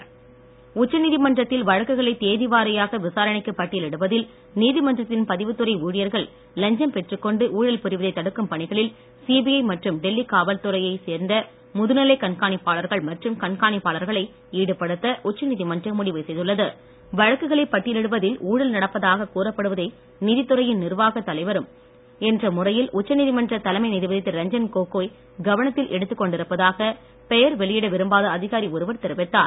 பட்டியல் உச்ச நீதிமன்றத்தில் வழக்குகளை தேதிவாரியாக விசாரணைக்கு பட்டியலிடுவதில் நீதிமன்றத்தின் பதிவுத் துறை ஊழியர்கள் லஞ்சம் பெற்றுக் கொண்டு ஊழல் புரிவதை தடுக்கும் பணிகளில் சிபிஐ மற்றும் டெல்லி காவல்துறையை சேர்ந்த முதுநிலை கண்காணிப்பாளர்கள் மற்றும் கண்காணிப்பாளர்களை ஈடுபடுத்த உச்ச நீதிமன்றம் முடிவு செய்துள்ளது வழக்குகளை பட்டியலிடுவதில் ஊழல் நடப்பதாக கூறப்படுவதை நீதித்துறையின் நிர்வாகத் தலைவர் என்ற முறையில் உச்சநீதிமன்ற தலைமை நீதிபதி திரு ரஞ்சன் கோகோய் கவனத்தில் எடுத்துக் கொண்டிருப்பதாக பெயர் வெளியிட விரும்பாத அதிகாரி ஒருவர் தெரிவித்தார்